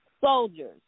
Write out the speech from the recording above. soldiers